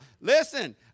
Listen